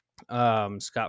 Scott